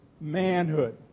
manhood